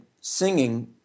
singing